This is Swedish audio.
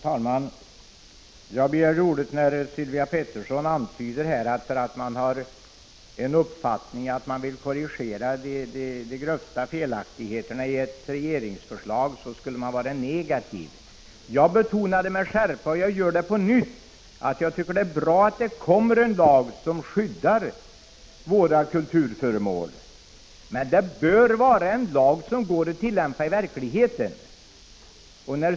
Herr talman! Jag begärde ordet eftersom Sylvia Pettersson antydde att man bara därför att man vill korrigera de grövsta felaktigheterna i ett regeringsförslag skulle vara negativ. Jag betonade med skärpa, och jag gör det på nytt, att jag tycker det är bra att vi får en lag som skyddar våra kulturföremål. Men det bör då vara en lag som går att tillämpa i verkligheten.